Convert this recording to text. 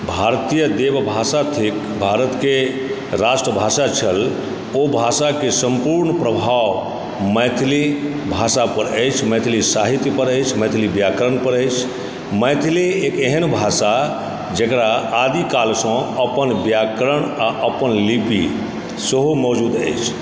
भारतीय देवभाषा थिक भारतके राष्ट्रभाषा छल ओ भाषाकेँ संपूर्ण प्रभाव मैथिली भाषा पर अछि मैथिली साहित्य पर अछि मैथिली व्याकरण पर अछि मैथिली एक एहन भाषा जेकरा आदिकालसँ अपन व्याकरण आ अपन लिपि सेहो मौजूद अछि